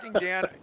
Dan